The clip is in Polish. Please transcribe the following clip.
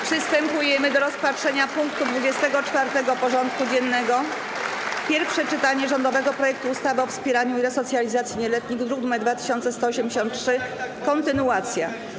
Przystępujemy do rozpatrzenia punktu 24. porządku dziennego: Pierwsze czytanie rządowego projektu ustawy o wspieraniu i resocjalizacji nieletnich (druk nr 2183) - kontynuacja.